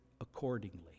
accordingly